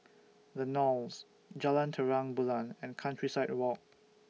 The Knolls Jalan Terang Bulan and Countryside Walk